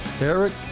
Eric